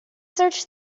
search